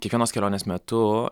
kiekvienos kelionės metu